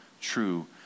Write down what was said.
true